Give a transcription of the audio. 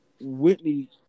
Whitney